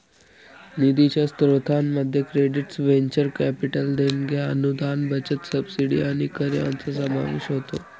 निधीच्या स्त्रोतांमध्ये credits venture capital देणग्या अनुदान बचत सबसिडी आणि कर यांचा समावेश होतो